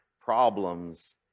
problems